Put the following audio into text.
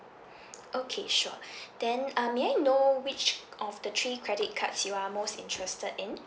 okay sure then um may I know which of the three credit cards you are most interested in